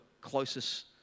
closest